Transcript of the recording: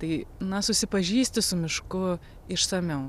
tai na susipažįsti su mišku išsamiau